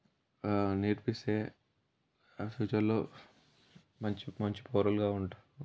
నేర్పిస్తే ఫ్యూచర్లో మంచి మంచి పౌరులుగా ఉంటారు